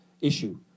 issue